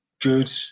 good